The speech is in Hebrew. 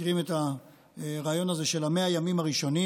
מכירים את הרעיון הזה של 100 הימים הראשונים?